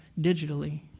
digitally